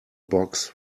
box